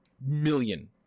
million